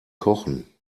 kochen